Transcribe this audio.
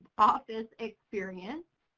office experience.